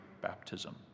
baptism